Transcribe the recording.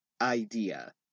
idea